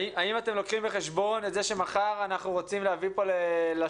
האם אתם לוקחים בחשבון את זה שמחר אנחנו רוצים להביא פה לשולחן